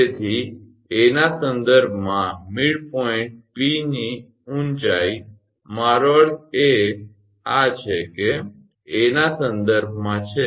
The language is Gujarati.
તેથી 𝐴 ના સંદર્ભમાં મિડપોઇન્ટ 𝑃 ની ઊંચાઇ મારો અર્થ એ આ છે આ 𝐴 આના સંદર્ભમાં છે